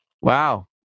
wow